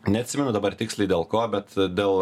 neatsimenu dabar tiksliai dėl ko bet dėl